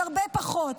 על הרבה פחות,